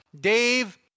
Dave